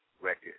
record